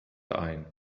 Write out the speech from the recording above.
ein